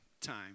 time